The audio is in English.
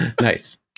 Nice